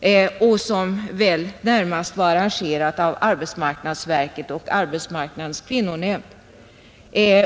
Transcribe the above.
Kampanjen var närmast arrangerad av arbetsmarknadsverket och arbetsmarknadens kvinnonämnd